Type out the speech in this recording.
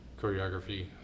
choreography